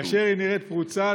כאשר היא נראית פרוצה.